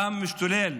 הדם משתולל